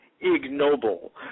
ignoble